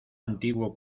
antiguo